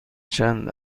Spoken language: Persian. چند